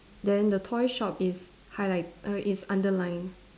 then toy shop is highlight err it's underlined